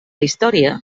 història